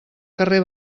carrer